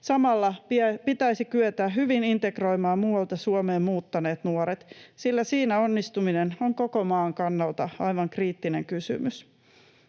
Samalla pitäisi kyetä hyvin integroimaan muualta Suomeen muuttaneet nuoret, sillä siinä onnistuminen on koko maan kannalta aivan kriittinen kysymys.